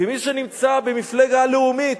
כמי שנמצא במפלגה לאומית,